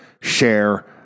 share